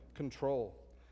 control